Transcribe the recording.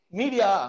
media